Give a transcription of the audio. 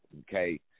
okay